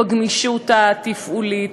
בגמישות התפעולית,